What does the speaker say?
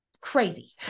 crazy